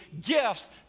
gifts